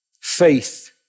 faith